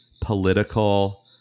political